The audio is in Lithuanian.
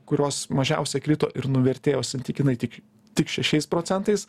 kurios mažiausia krito ir nuvertė santykinai tik tik šešiais procentais